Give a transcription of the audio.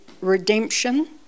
redemption